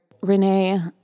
Renee